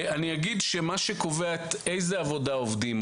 מה שקובע איזה עבודה עובדים,